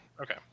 Okay